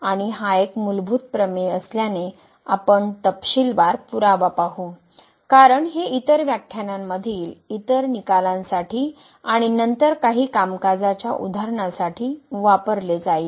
आणि हा एक मूलभूत प्रमेय असल्याने आपण तपशीलवार पुरावा पाहू कारण हे इतर व्याख्यानांमधील इतर निकालांसाठी आणि नंतर काही कामकाजाच्या उदाहरणांसाठी वापरले जाईल